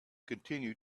continue